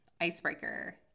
Icebreaker